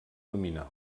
nominal